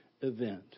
event